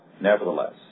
Nevertheless